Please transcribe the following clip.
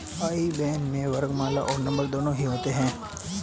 आई ban में वर्णमाला और नंबर दोनों ही होते हैं